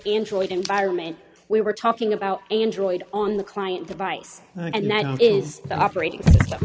enjoyed environment we were talking about android on the client device and that is the operating